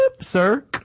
Sir